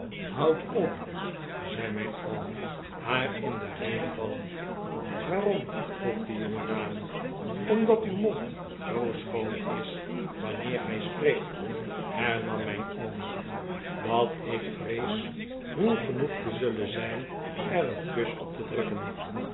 houd op zei mijn oom haar in de rede vallend waarom vroeg de jongedame omdat uw mond zoo schoon is wanneer gij spreekt hernam mijn oom dat ik vrees ruw genoeg te zullen zijn er een kus op te drukken